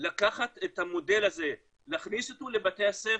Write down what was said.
לקחת את המודל הזה, להכניס אותו לבתי הספר,